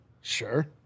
Sure